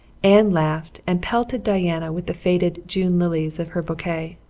anne laughed and pelted diana with the faded june lilies of her bouquet.